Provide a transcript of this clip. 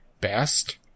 best